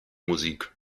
musik